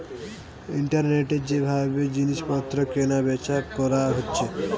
ইন্টারনেটে যে ভাবে জিনিস পত্র কেনা বেচা কোরা যাচ্ছে